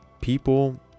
people